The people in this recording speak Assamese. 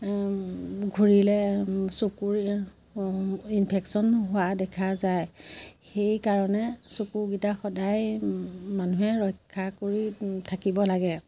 ঘূৰিলে চকুৰ ইনফেকশ্যন হোৱা দেখা যায় সেইকাৰণে চকুকেইটা সদায় মানুহে ৰক্ষা কৰি থাকিব লাগে